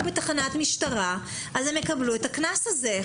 בתחנת משטרה אז הם יקבלו את הקנס הזה.